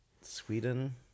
Sweden